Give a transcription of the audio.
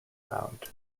round